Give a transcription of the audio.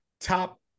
top